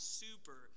super